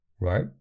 right